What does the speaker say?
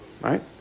right